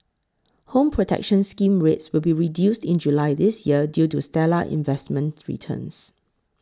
Home Protection Scheme rates will be reduced in July this year due to stellar investment returns